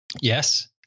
Yes